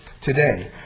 today